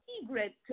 secret